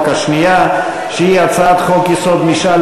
החוק אושרה